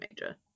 major